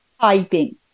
typing